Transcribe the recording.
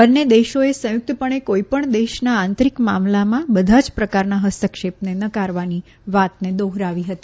બંને દેશોએ સંયુક્તપણે કોઈપણ દેશના આંતરિક મામલામાં બધા જ પ્રકારના હસ્તક્ષેપને નકારવાની વાતને દોહરાવી હતી